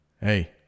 Hey